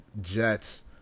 Jets